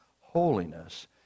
Holiness